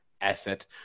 Asset